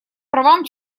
правам